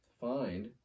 find